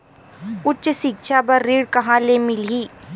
उच्च सिक्छा बर ऋण कहां ले मिलही?